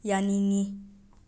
ꯌꯥꯅꯤꯡꯏ